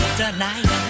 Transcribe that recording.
tonight